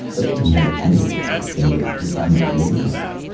a few nights more of this and there would be nothing left.